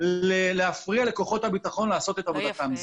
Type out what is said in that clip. להפריע לכוחות הביטחון לעשות את עבודתם.